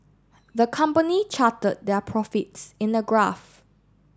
the company charted their profits in a graph